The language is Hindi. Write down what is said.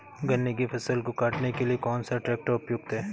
गन्ने की फसल को काटने के लिए कौन सा ट्रैक्टर उपयुक्त है?